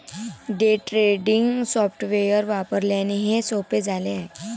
day trading software वापरल्याने हे सोपे झाले आहे